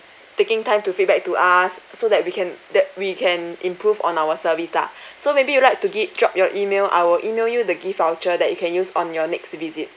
taking time to feedback to us so that we can that we can improve on our service lah so maybe you like to gi~ drop your email I will email you the gift voucher that you can use on your next visit